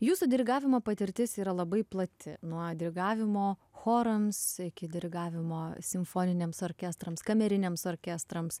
jūsų dirigavimo patirtis yra labai plati nuo dirigavimo chorams iki dirigavimo simfoniniams orkestrams kameriniams orkestrams